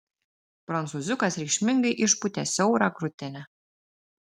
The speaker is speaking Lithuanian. prancūziukas reikšmingai išpūtė siaurą krūtinę